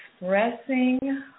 expressing